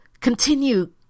continue